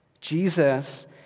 Jesus